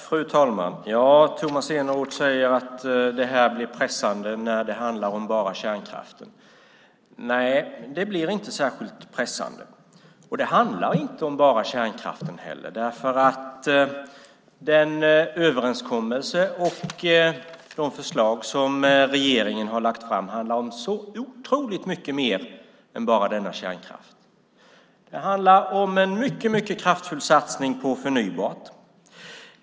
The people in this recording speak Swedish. Fru talman! Tomas Eneroth säger att det här blir pressande när det handlar om bara kärnkraften. Nej, det blir inte särskilt pressande, och det handlar inte om bara kärnkraften heller. Den överenskommelse och de förslag som regeringen har lagt fram handlar om så otroligt mycket mer än bara denna kärnkraft. Det handlar om en mycket kraftfull satsning på förnybart.